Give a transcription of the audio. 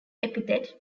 epithet